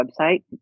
website